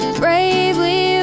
bravely